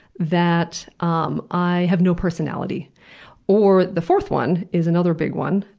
that um i have no personality or the fourth one is another big one,